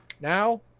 now